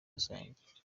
rusange